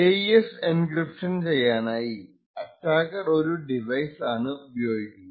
AES encryption ചെയ്യാനായി attacker ഒരു device ആണ് ഉപയോഗിക്കുന്നത്